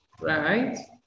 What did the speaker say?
right